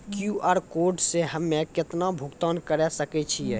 QR code से हम्मय केतना भुगतान करे सके छियै?